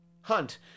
Hunt